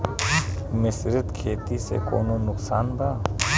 मिश्रित खेती से कौनो नुकसान बा?